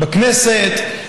בכנסת,